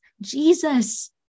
Jesus